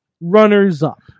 runners-up